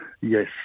Yes